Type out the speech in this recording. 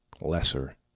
lesser